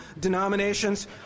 denominations